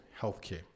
healthcare